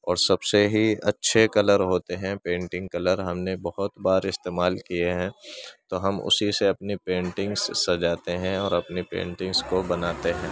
اور سب سے ہی اچھے کلر ہوتے ہیں پیٹنگ کلر ہم نے بہت بار استعمال کیے ہیں تو ہم اسی سے اپنی پیٹنگس سجاتے ہیں اور اپنی پینٹنگس کو بناتے ہیں